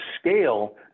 scale